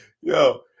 Yo